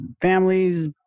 families